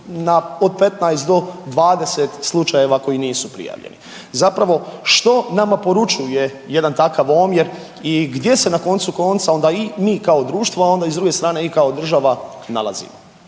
na, od 15 do 20 slučajeva koji nisu prijavljeni. Zapravo što nama poručuje jedan takav omjer i gdje se na koncu konca i mi kao društvo, a ona i s druge i kao država nalazimo?